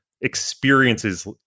experiences